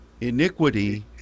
iniquity